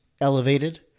elevated